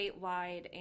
statewide